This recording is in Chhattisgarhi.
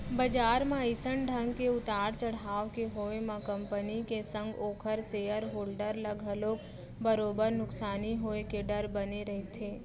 बजार म अइसन ढंग के उतार चड़हाव के होय म कंपनी के संग ओखर सेयर होल्डर ल घलोक बरोबर नुकसानी होय के डर बने रहिथे